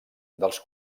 dels